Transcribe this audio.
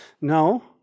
No